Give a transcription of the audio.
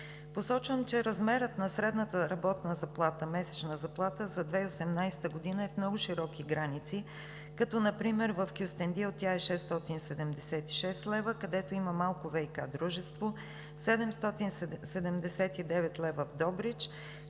Посочвам, че размерът на средната месечна работна заплата за 2018 г. е в много широки граници, като например в Кюстендил тя е 676 лв., където има малко ВиК дружество, 779 лв. в Добрич,